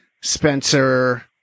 Spencer